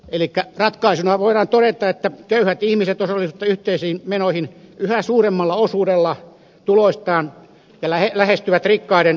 elikkä ratkaisuna voidaan todeta että köyhät ihmiset osallistuvat yhteisiin menoihin yhä suuremmalla osuudella tuloistaan ja lähestyvät rikkaiden veroastetta